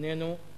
איננו.